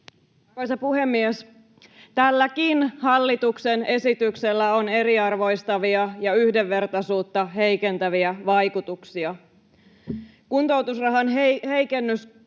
Arvoisa puhemies! Tälläkin hallituksen esityksellä on eriarvoistavia ja yhdenvertaisuutta heikentäviä vaikutuksia.